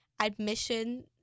admission